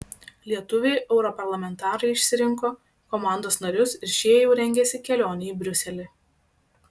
lietuviai europarlamentarai išsirinko komandos narius ir šie jau rengiasi kelionei į briuselį